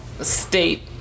state